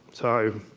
so